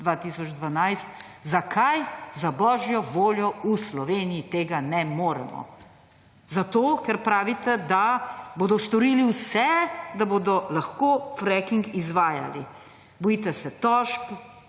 zakaj za božjo voljo v Sloveniji tega ne moremo? Zato, ker pravite, da bodo storili vse, da bodo lahko fracking izvajali. Bojite se tožb,